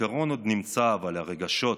הזיכרון עוד נמצא, אבל הרגשות,